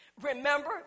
Remember